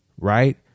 Right